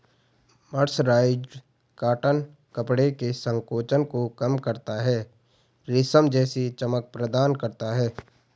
mercerised cotton कपड़े के संकोचन को कम करता है, रेशम जैसी चमक प्रदान करता है